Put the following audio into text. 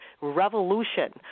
revolution